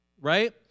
right